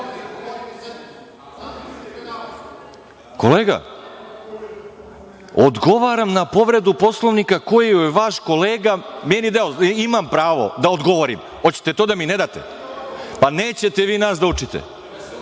odgovaram na povredu Poslovniku, koju je vaš kolega meni dao. Imam pravo da odgovorim. Hoćete to da mi ne date? Pa, nećete vi nas da učite.